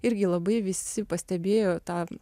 irgi labai visi pastebėjo tą